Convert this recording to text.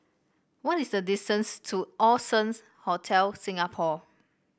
what is the distance to Allson's Hotel Singapore